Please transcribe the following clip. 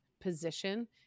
position